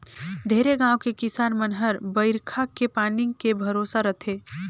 ढेरे गाँव के किसान मन हर बईरखा के पानी के भरोसा रथे